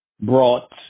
brought